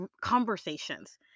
conversations